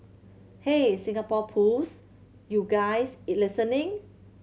hey Singapore Pools you guys listening